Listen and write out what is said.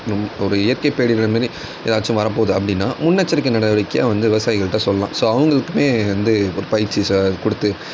ரொம் ஒரு இயற்கை பேரிடர் மாரி ஏதாச்சம் வரப்போகுது அப்படின்னா முன்னெச்சரிக்கை நடவடிக்கையாக வந்து விவசாயிகள்கிட்ட சொல்லலாம் ஸோ அவங்களுக்குமே வந்து ஒரு பயிற்சி சா கொடுத்து